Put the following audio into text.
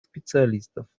специалистов